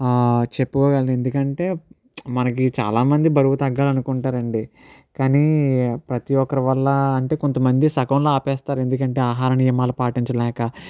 ఆ చెప్పుకోగలండి ఎందుకంటే మనకి చాలామంది బరువు తగ్గాలనుకుంటారండి కానీ ప్రతి ఒక్కరి వల్ల అంటే కొంతమంది సగంలో ఆపేస్తారు ఎందుకంటే ఆహార నియమాలు పాటించలేక